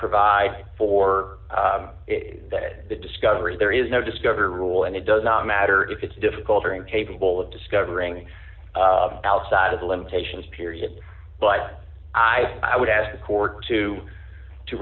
provide for the discovery there is no discover rule and it does not matter if it's difficult during a bowl of discovering outside of the limitations period but i i would ask the court to to